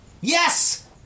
Yes